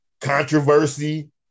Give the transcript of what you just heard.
Controversy